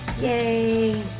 Yay